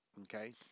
okay